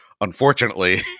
Unfortunately